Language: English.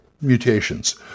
Mutations